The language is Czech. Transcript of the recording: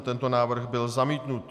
Tento návrh byl zamítnut.